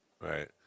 Right